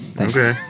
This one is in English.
okay